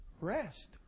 rest